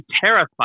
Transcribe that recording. terrified